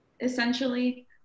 essentially